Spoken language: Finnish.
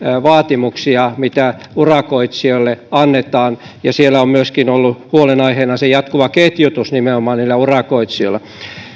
vaatimuksia mitä urakoitsijoille annetaan ja siellä on myöskin ollut huolenaiheena nimenomaan se jatkuva ketjutus niillä urakoitsijoilla